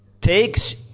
takes